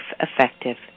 effective